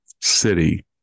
city